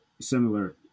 similar